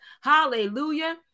Hallelujah